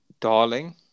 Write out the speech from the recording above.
Darling